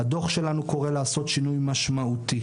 הדוח שלנו קורא לעשות שינוי משמעותי.